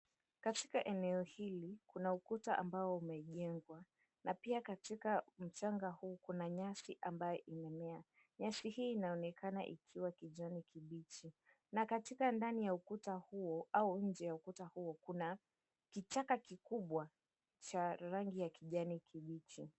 Katika eneo hili kuna ukuta ambao umejengwa na pia katika mchanga huu kuna nyasi ambayo imemea, nyasi hii inaonekana ikiwa kijani kibichi na katika ndani ya ukuta huo au nje ya ukuta huo kuna kichaka kikubwa cha rangi ya kijani kibichi.